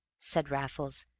said raffles,